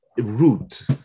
root